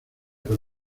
con